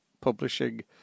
publishing